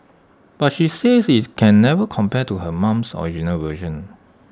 but she says IT can never compare to her mum's original version